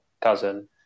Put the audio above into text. cousin